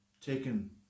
taken